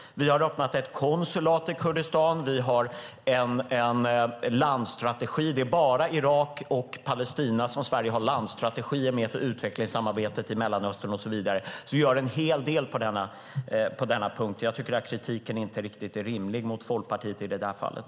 Vi har öppnat ett konsulat i Kurdistan. Vi har en landstrategi. Det är bara med Irak och Palestina som Sverige har landstrategier för utvecklingssamarbetet i Mellanöstern och så vidare. Vi gör en hel del på denna punkt. Jag tycker att kritiken mot Folkpartiet inte är riktigt rimlig i det fallet.